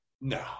No